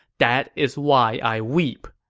that is why i weep.